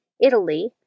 Italy